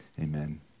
amen